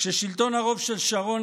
כששלטון הרוב של שרון,